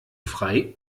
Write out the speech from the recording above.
frei